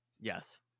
Yes